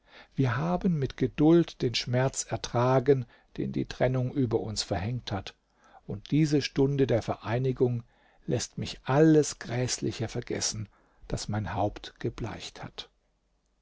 wir haben mit geduld den schmerz ertragen den die trennung über uns verhängt hat und diese stunde der vereinigung läßt mich alles gräßliche vergessen das mein haupt gebleicht hat